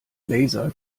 laser